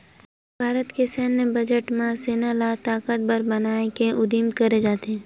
भारत के सैन्य बजट म सेना ल ताकतबर बनाए के उदिम करे जाथे